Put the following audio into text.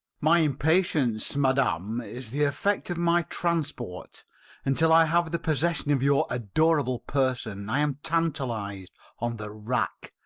my impatience, madam, is the effect of my transport and till i have the possession of your adorable person, i am tantalised on the rack,